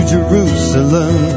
Jerusalem